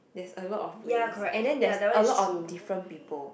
there's a lot of ways and then there's a lot of different people